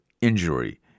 injury